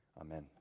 amen